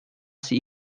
sie